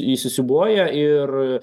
įsisiūbuoja ir